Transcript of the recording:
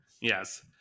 Yes